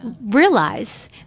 realize